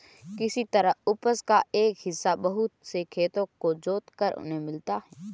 इसी तरह उपज का एक हिस्सा बहुत से खेतों को जोतकर इन्हें मिलता है